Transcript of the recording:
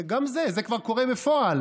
וגם זה, זה כבר קורה בפועל.